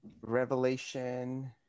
revelation